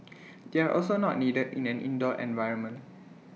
they are also not needed in an indoor environment